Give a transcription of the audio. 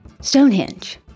Stonehenge